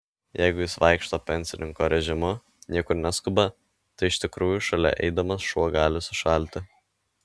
jeigu jis vaikšto pensininko režimu niekur neskuba tai iš tikrųjų šalia eidamas šuo gali sušalti